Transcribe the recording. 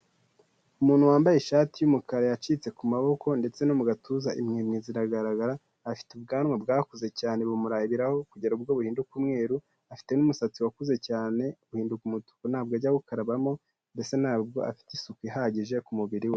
Umuntu wambaye ishati y'umukara yacitse ku maboko ndetse no mu gatuza impumni ziragaragara afite ubwanwa bwaku cyane bumura ibirahu kugira ubwo afite n'umusatsi wakuze cyane uhinduka umutuku ntabwo ajya gukarabamobe ntabwo afite isuku ihagije ku mubiri we.